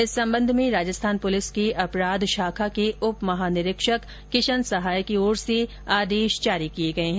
इस संबंध में राजस्थान पुलिस के अपराध शाखा के उप महानिरीक्षक किशन सहाय की ओर से आदेश जारी किये गये हैं